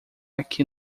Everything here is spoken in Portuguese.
aqui